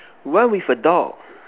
run with a dog